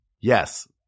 Yes